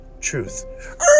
truth